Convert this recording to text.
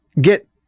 get